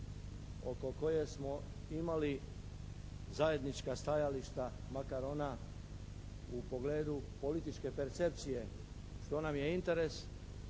Oko koje smo imali zajednička stajališta makar ona u pogledu političke percepcije što nam je interes